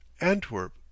Antwerp